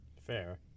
Fair